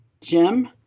Jim